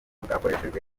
bwakoreshejwe